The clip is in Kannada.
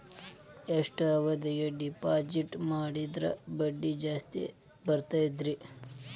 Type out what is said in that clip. ಎಷ್ಟು ಅವಧಿಗೆ ಡಿಪಾಜಿಟ್ ಮಾಡಿದ್ರ ಬಡ್ಡಿ ಜಾಸ್ತಿ ಬರ್ತದ್ರಿ?